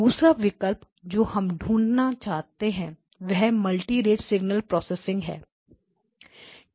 दूसरा विकल्प जो हम ढूंढना चाहते हैं वह multi rate signal processing multi rate signal processing है